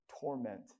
torment